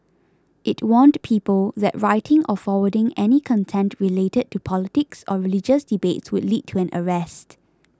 it warned people that writing or forwarding any content related to politics or religious debates would lead to an arrest